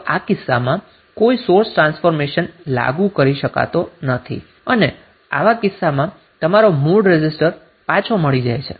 તો આ કિસ્સામાં કોઈ સોર્સ ટ્રાન્સફોર્મેશન લાગુ કરી શકાતો નથી અને આવા કિસ્સામાં તમારો મૂળ રેઝિસ્ટર પાછો મળી જાય છે